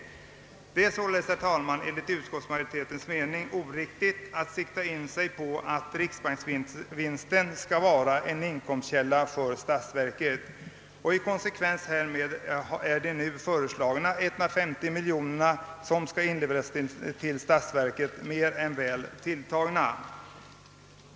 Det är således, herr talman, enligt utskottsmajoritetens mening oriktigt att sikta in sig på att riksbanksvinsten skall vara en inkomstkälla för statsverket. I konsekvens därmed är det belopp som nu föreslås inlevererat till statsverket, 150 miljoner, mer än väl tilltaget.